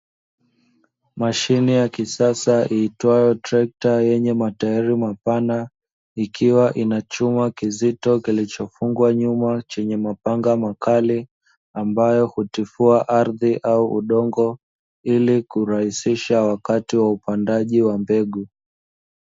Mashine ya kisasa iitwayo trekta yenye matairi mapana, ikiwa ina chuma kizito kilichofungwa nyuma chenye mapanga makali, ambayo hutifua ardhi au udongo ili kurahisisha wakati wa upandaji wa mbegu.